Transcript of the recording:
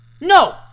No